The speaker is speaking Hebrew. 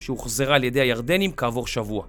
שהוחזרה על ידי הירדנים כעבור שבוע